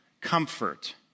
comfort